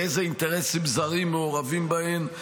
ואילו אינטרסים זרים מעורבים בהן.